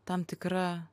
tam tikra